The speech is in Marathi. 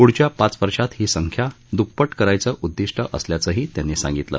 प्ढच्या पाच वर्षात ही संख्या द्रप्पट करायचं उद्ददिष्ट असल्याचंही त्यांनी सांगितलं